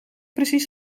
precies